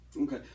Okay